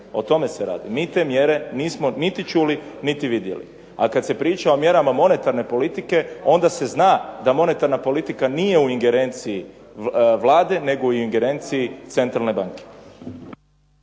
o tome se radi. Mi te mjere nismo niti čuli, niti vidjeli. A kad se priča o mjerama monetarne politike, onda se zna da monetarna politika nije u ingerenciji Vlade, nego je u ingerenciji Centralne banke.